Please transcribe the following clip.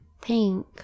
Pink